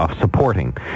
supporting